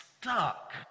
stuck